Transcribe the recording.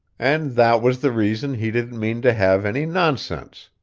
and that was the reason he didn't mean to have any nonsense,